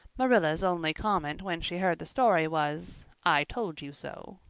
marilla's only comment when she heard the story was, i told you so.